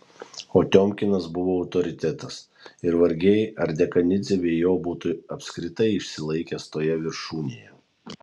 o tiomkinas buvo autoritetas ir vargiai ar dekanidzė be jo būtų apskritai išsilaikęs toje viršūnėje